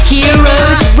Heroes